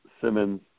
Simmons